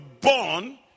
born